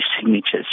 signatures